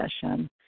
session